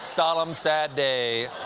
solemn sad day.